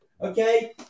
okay